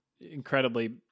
incredibly